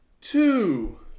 two